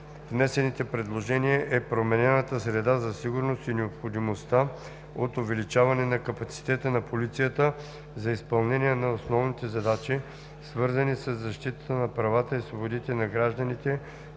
внесените предложения е променената среда за сигурност и необходимостта от увеличаване на капацитета на полицията за изпълнение на основните задачи, свързани със защитата на правата и свободите на гражданите,